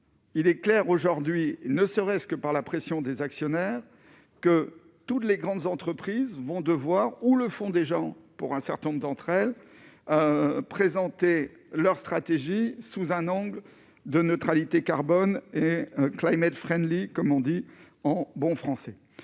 Il est clair aujourd'hui, ne serait-ce que par la pression des actionnaires que toutes les grandes entreprises vont devoir ou le fonds des gens pour un certain nombre d'entre elles présenté leur stratégie sous un angle de neutralité carbone et un climat de Friendly, comme on dit en bon français,